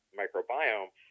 microbiome